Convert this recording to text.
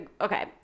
Okay